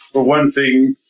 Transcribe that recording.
for one thing,